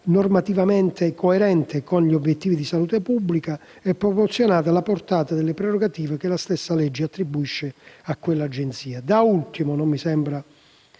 normativamente coerente con gli obiettivi di salute pubblica e proporzionata alla portata delle prerogative che la legge attribuisce all'Agenzia. Da ultimo, non mi sembra